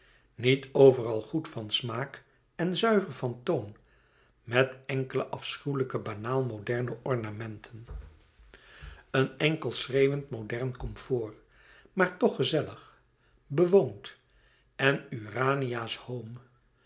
niet overal goed van smaak en zuiver van toon met enkele afschuwelijke banaal moderne ornamenten een enkel schreeuwend modern comfort maar toch gezellig bewoond en urania's home